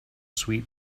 sweet